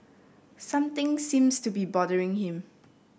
something seems to be bothering him